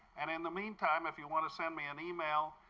and in the meantime, if you want to send me an email,